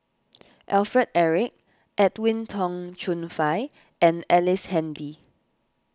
Alfred Eric Edwin Tong Chun Fai and Ellice Handy